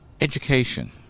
education